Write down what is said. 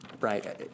Right